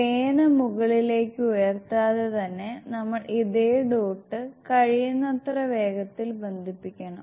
പേന മുകളിലേക്ക് ഉയർത്താതെ തന്നെ നമ്മൾ ഇതേ ഡോട്ട് കഴിയുന്നത്ര വേഗത്തിൽ ബന്ധിപ്പിക്കണം